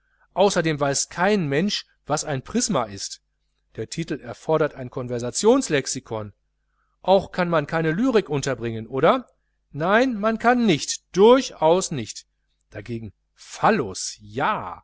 außerdem weiß kein mensch was ein prisma ist der titel erfordert ein conversationslexicon auch kann man keine lyrik unterbringen oder nein man kann nicht durchaus nicht dagegen phallus ja